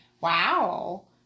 Wow